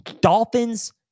Dolphins